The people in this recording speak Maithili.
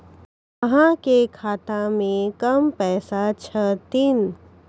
अहाँ के खाता मे कम पैसा छथिन?